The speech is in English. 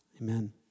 Amen